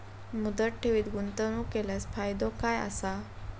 मुदत ठेवीत गुंतवणूक केल्यास फायदो काय आसा?